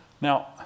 Now